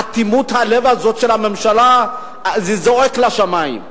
אטימות הלב הזאת של הממשלה, זה זועק לשמים.